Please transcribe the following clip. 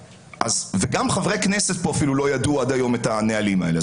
אפילו חברי הכנסת פה לא ידעו עד היום את הנהלים האלה.